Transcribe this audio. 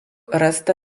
rasta